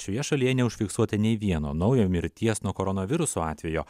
šioje šalyje neužfiksuota nei vieno naujo mirties nuo koronaviruso atvejo